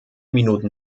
minuten